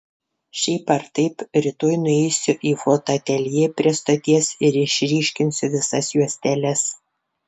šiaip ar taip rytoj nueisiu į fotoateljė prie stoties ir išryškinsiu visas juosteles